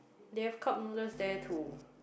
they have cup noodles there too